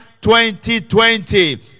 2020